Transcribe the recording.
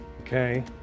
Okay